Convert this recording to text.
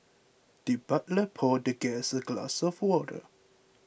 the butler poured the guest a glass of water